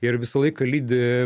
ir visą laiką lydi